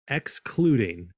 excluding